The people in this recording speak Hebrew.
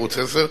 ערוץ-10,